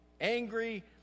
Angry